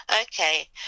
okay